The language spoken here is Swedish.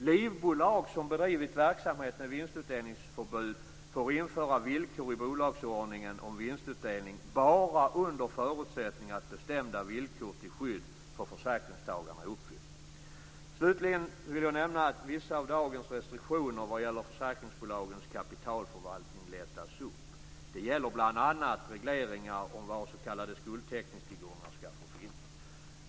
Livbolag som bedrivit verksamhet med vinstutdelningsförbud får införa villkor i bolagsordningen om vinstutdelning bara under förutsättning att bestämda villkor till skydd för försäkringstagarna är uppfyllda. Slutligen vill jag nämna att vissa av dagens restriktioner vad gäller försäkringsbolagens kapitalförvaltning lättas upp. Det gäller bl.a. regleringar om var s.k. skuldtäckningstillgångar skall få finnas.